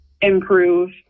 improve